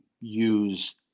use